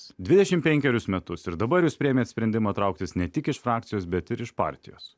dvidešimt penkerius metus ir dabar jūs priėmėt sprendimą trauktis ne tik iš frakcijos bet ir iš partijos